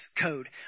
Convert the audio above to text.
code